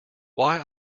why